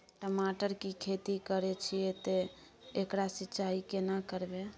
टमाटर की खेती करे छिये ते एकरा सिंचाई केना करबै?